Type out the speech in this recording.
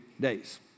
days